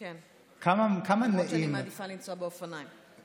כן, למרות שאני מעדיפה לנסוע על אופניים.